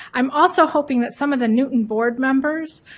i'm also hoping that some of the newton board members,